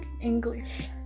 English